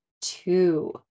two